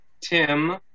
Tim